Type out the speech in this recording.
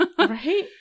Right